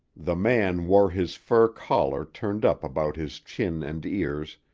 the man wore his fur collar turned up about his chin and ears,